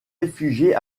réfugié